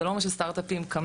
זה לא אומר שסטארט-אפים קמים.